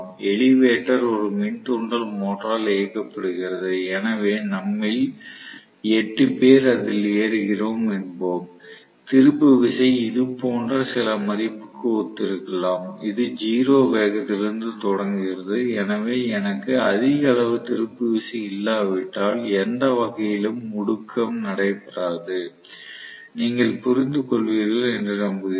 elevator ஒரு மின் தூண்டல் மோட்டாரால் இயக்கப்படுகிறது எனவே நம்மில் 8 பேர் அதில் ஏறுகிறோம் என்போம் திருப்பு விசை இது போன்ற சில மதிப்புக்கு ஒத்திருக்கலாம் இது 0 வேகத்திலிருந்து தொடங்குகிறது எனவே எனக்கு அதிக அளவு திருப்பு விசை இல்லாவிட்டால் எந்த வகையிலும் முடுக்கம் நடைபெறாது நீங்கள் புரிந்துகொள்வீர்கள் என்று நம்புகிறேன்